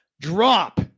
drop